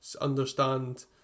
understand